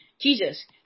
Jesus